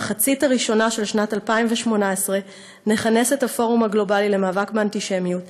במחצית הראשונה של שנת 2018 נכנס את הפורום הגלובלי למאבק באנטישמיות,